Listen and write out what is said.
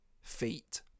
feet